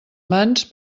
mans